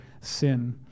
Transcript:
sin